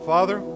Father